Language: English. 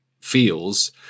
feels